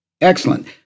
excellent